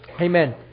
amen